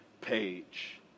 page